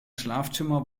schlafzimmer